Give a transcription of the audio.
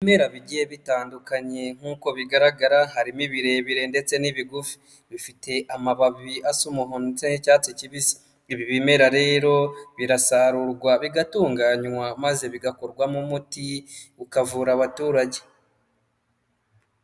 Ibimera bigiye bitandukanye nk'uko bigaragara harimo ibirebire ndetse n'ibigufi, bifite amababi asa umuhondo ndetse n'icyatsi kibisi, ibi bimera rero birasarurwa bigatunganwa maze bigakorwamo umuti bikavura abaturage.